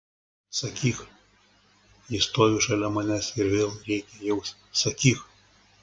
sakyk ji stovi šalia manęs ir vėl rėkia į ausį sakyk